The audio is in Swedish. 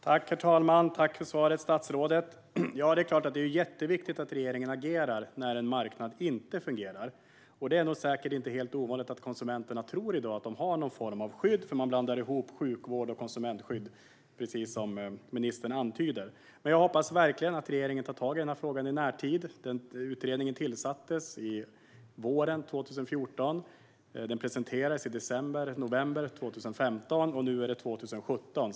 Herr talman! Jag tackar statsrådet för svaret. Det är klart att det är jätteviktigt att regeringen agerar när en marknad inte fungerar. Det är nog inte helt ovanligt att konsumenterna i dag tror att de har någon form av skydd, eftersom de blandar ihop sjukvård och konsumentskydd, precis som ministern antyder. Men jag hoppas verkligen att regeringen tar tag i denna fråga i närtid. Utredningen tillsattes våren 2014, den presenterades i november 2015 och nu är det 2017.